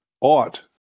ought